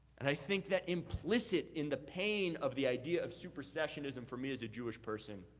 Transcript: and i think that implicit in the pain of the idea of supersessionism for me as a jewish person